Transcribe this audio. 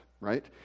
right